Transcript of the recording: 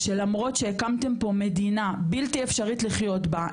שלמרות שהקמתם פה מדינה בלתי אפשרית לחיות בה,